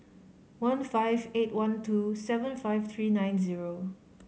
one five eight one two seven five three nine zero